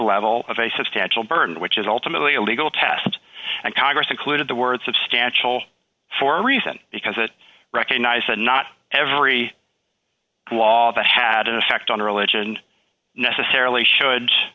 level of a substantial burden which is ultimately a legal test and congress included the word substantial for a reason because it recognised that not every law that had an effect on religion necessarily should